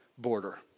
border